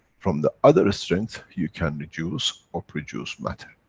from the other ah strength, you can reduce or produce matter.